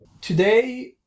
today